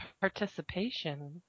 participation